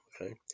okay